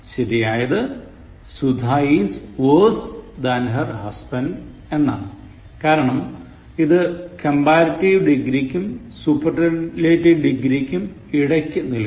ശരിയായത് Sudha is worse than her husband കാരണം ഇത് കംബാരറ്റിവ് ഡിഗ്രിക്കും സൂപ്പർലെറ്റിവ് ഡിഗ്രിക്കും ഇടക്കു നിൽക്കുന്നു